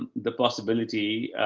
and the possibility,